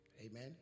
Amen